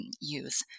use